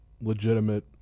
legitimate